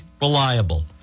reliable